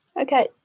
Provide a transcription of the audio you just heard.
Okay